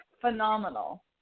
phenomenal